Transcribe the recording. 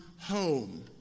home